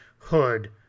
hood